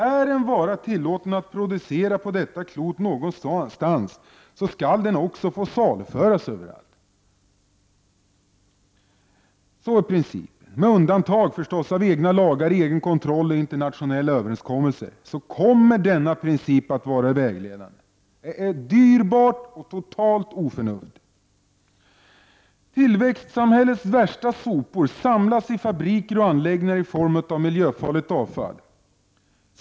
Är en vara tillåten att produceras någonstans på detta klot skall den ockås få saluföras överallt. Med undantag av egna lagar, egen kontroll och internationella överenskommelser kommer denna princip att vara vägledande. Det är dyrbart och totalt oförnuftigt. Tillväxtsamhällets värsta sopor samlas i fabriker och anläggningar i form av miljöfarligt avfall.